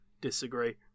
disagree